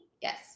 Yes